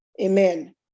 amen